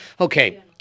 Okay